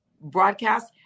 broadcast